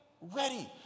ready